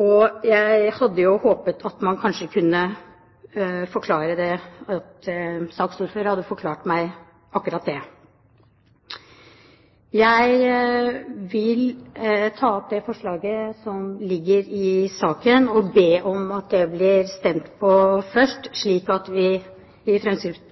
og jeg vet ikke helt hva det betyr. Jeg hadde jo håpet at saksordføreren hadde forklart meg akkurat det. Jeg vil ta opp det forslaget som ligger i saken, og be om at det blir stemt over først, slik at